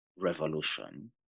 Revolution